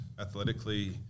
athletically